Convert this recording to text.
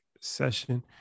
session